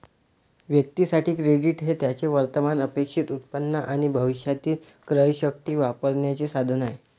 व्यक्तीं साठी, क्रेडिट हे त्यांचे वर्तमान अपेक्षित उत्पन्न आणि भविष्यातील क्रयशक्ती वापरण्याचे साधन आहे